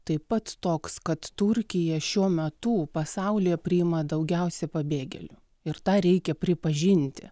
taip pat toks kad turkija šiuo metu pasaulyje priima daugiausiai pabėgėlių ir tą reikia pripažinti